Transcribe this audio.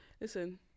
listen